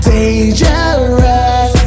Dangerous